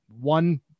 one